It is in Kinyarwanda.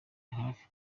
hafi